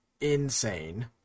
insane